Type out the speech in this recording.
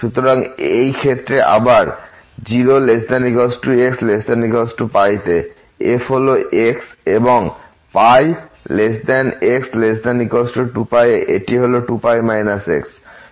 সুতরাং এই ক্ষেত্রে আবার 0≤x≤π তে f হল x এবং π x≤2π এ এটি 2π x